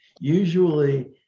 Usually